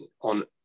on